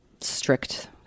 strict